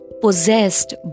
possessed